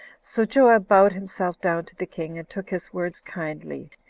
so joab bowed himself down to the king, and took his words kindly,